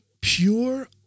pure